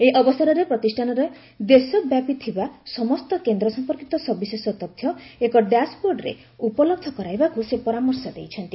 ଏହି ଅବସରରେ ପ୍ରତିଷ୍ଠାନର ଦେଶ ବ୍ୟାପି ଥିବା ସମସ୍ତ କେନ୍ଦ ସଂପର୍କିତ ସବିଶେଷ ତଥ୍ୟ ଏକ ଡ୍ୟାସ୍ବୋର୍ଡରେ ଉପଲହ୍ଧ କରାଇବାକୁ ସେ ପରାମର୍ଶ ଦେଇଛନ୍ତି